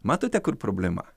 matote kur problema